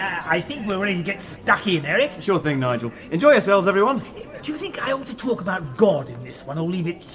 i think we're ready to get stuck in, eric. sure thing, nigel. enjoy yourselves, everyone! everyone! do you think i ought to talk about god in this one or leave